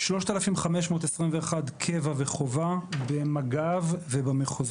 3,521 קבע וחובה במג"ב ובמחוזות.